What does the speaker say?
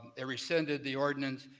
they rescinded the ordinance,